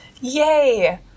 Yay